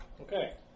Okay